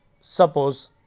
suppose